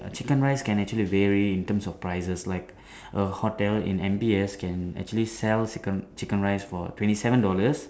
chicken rice can actually vary in terms of prices like a hotel in M_B_S can actually sell chicken chicken rice for twenty seven dollars